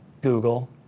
Google